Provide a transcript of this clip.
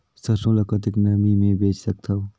सरसो ल कतेक नमी मे बेच सकथव?